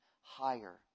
higher